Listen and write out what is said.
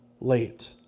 late